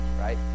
right